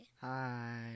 Hi